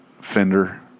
fender